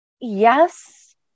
Yes